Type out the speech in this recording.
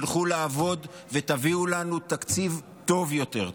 לכו לעבוד ותביאו לנו תקציב טוב יותר.